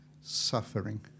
suffering